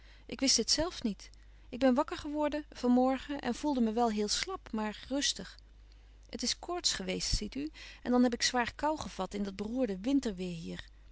ik wist het zelf niet ik ben wakker geworden van morgen en voelde me wel heel slap maar rustig het is koorts geweest ziet u en dan heb ik zwaar koû gevat in dat beroerde winterweêr hier